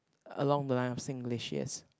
along the line of Singlish yes